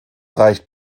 reicht